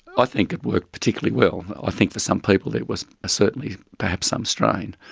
i think it worked particularly well. i think for some people there was certainly perhaps some strain.